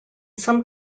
some